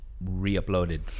re-uploaded